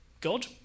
God